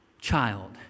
child